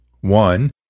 One